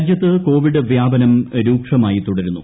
രാജ്യത്ത് കോവിഡ് വ്യാപന്നും രൂക്ഷമായി തുടരുന്നു